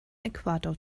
äquator